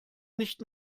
nicht